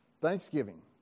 Thanksgiving